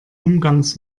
umgangs